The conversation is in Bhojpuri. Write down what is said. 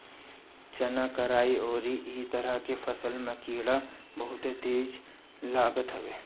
चना, कराई अउरी इ तरह के फसल में कीड़ा बहुते तेज लागत हवे